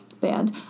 band